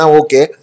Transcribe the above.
okay